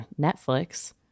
Netflix